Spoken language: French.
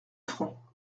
francs